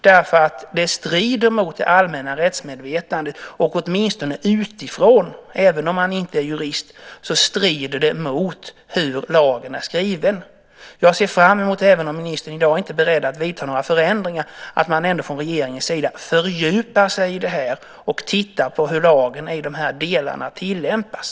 Det strider nämligen mot det allmänna rättsmedvetandet, och åtminstone utifrån - även om man inte är jurist - strider det mot hur lagen är skriven. Jag ser fram emot, även om ministern i dag inte är beredd att vidta några förändringar, att man ändå från regeringens sida fördjupar sig i detta och tittar på hur lagen i de här delarna tillämpas.